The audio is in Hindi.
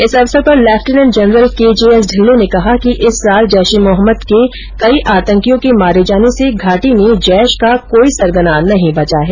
इस अवसर पर लेफिटनेंट जनरल केजेएस ढिल्लों ने कहा कि इस साल जैश ए मोहम्मद के कई आतंकियों के मारे जाने से घाटी में जैश का कोई सरगना नहीं बचा है